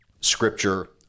scripture